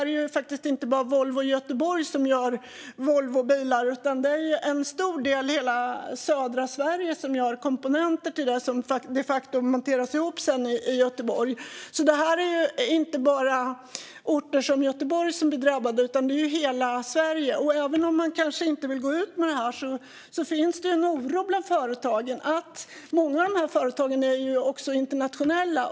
Det är inte bara Volvo i Göteborg som gör Volvobilar utan en stor del av södra Sverige gör komponenter till det som sedan de facto monteras ihop i Göteborg. Det är inte bara orter som Göteborg som blir drabbade utan hela Sverige. Även om man kanske inte vill gå ut med det finns det en oro bland företagen. Många av de företagen är också internationella.